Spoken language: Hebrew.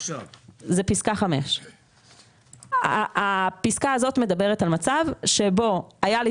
הפסקה הזאת מדברת על מצב שבו הייתה לי